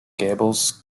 gables